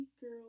Girl